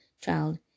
child